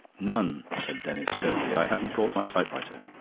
none, said denis curtly. i haven't brought my typewriter.